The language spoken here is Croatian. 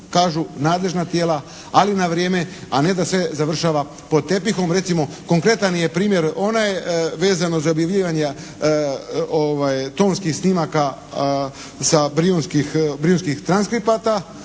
kažu nadležna tijela, ali na vrijeme a ne da se završava pod tepihom. Recimo konkretan je primjer onaj vezano za … /Ne razumije se./ … tonskih snimaka sa brijunskih transkripata.